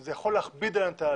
שזה יכול להכביד על התהליך,